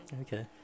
okay